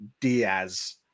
Diaz